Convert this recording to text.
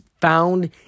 found